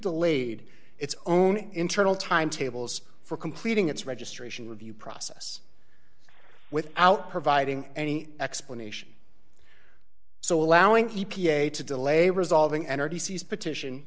delayed its own internal timetables for completing its registration review process without providing any explanation so allowing p p a to delay resolving energy sees petition